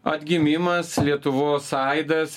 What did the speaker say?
atgimimas lietuvos aidas